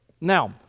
Now